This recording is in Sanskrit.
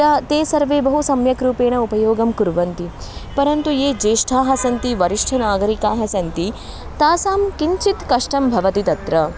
ते ते सर्वे बहु सम्यक् रूपेण उपयोगं कुर्वन्ति परन्तु ये ज्येष्ठाः सन्ति वरिष्ठनागरिकाः सन्ति तासां किञ्चित् कष्टं भवति तत्र